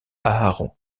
aaron